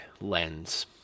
lens